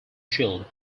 shield